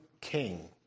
king